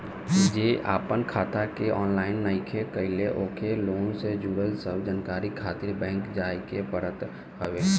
जे आपन खाता के ऑनलाइन नइखे कईले ओके लोन से जुड़ल सब जानकारी खातिर बैंक जाए के पड़त हवे